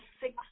six